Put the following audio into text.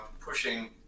pushing